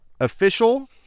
official